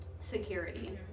security